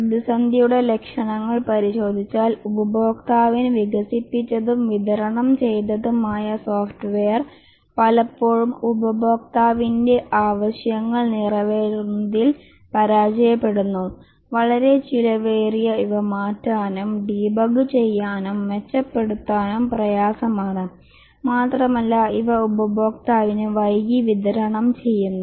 പ്രതിസന്ധിയുടെ ലക്ഷണങ്ങൾ പരിശോധിച്ചാൽ ഉപഭോക്താവിന് വികസിപ്പിച്ചതും വിതരണം ചെയ്തതുമായ സോഫ്റ്റ്വെയർ പലപ്പോഴും ഉപഭോക്താവിന്റെ ആവശ്യങ്ങൾ നിറവേറ്റുന്നതിൽ പരാജയപ്പെടുന്നു വളരെ ചെലവേറിയ ഇവ മാറ്റാനും ഡീബഗ് ചെയ്യാനും മെച്ചപ്പെടുത്താനും പ്രയാസമാണ് മാത്രമല്ല ഇവ ഉപഭോക്താവിന് വൈകി വിതരണം ചെയ്യുന്നു